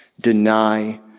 Deny